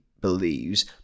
believes